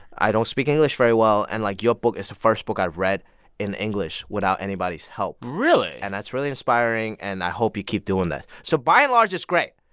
i don't speak english very well, and, like, your book is the first book i've read in english without anybody's help really? and that's really inspiring, and i hope you keep doing that. so by and large, it's great.